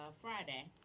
Friday